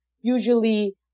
usually